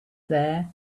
there